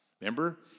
Remember